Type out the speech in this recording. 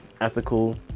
ethical